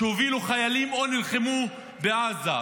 שהובילו חיילים או נלחמו בעזה,